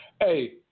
Hey